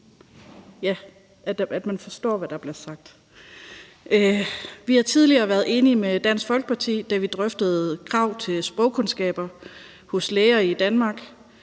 og at man forstår, hvad der bliver sagt. Vi har tidligere været enige med Dansk Folkeparti, da vi drøftede krav til sprogkundskaber hos læger i Danmark,